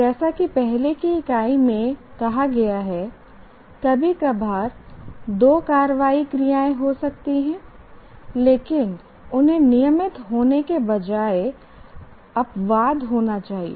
जैसा कि पहले की इकाई में कहा गया है कभी कभार 2 कार्रवाई क्रियाएं हो सकती हैं लेकिन उन्हें नियमित होने के बजाय अपवाद होना चाहिए